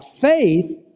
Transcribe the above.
faith